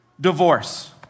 Divorce